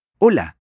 Hola